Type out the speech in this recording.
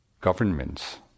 governments